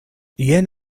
jen